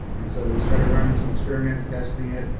and so we started running some experiments, testing it.